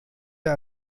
der